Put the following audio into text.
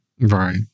Right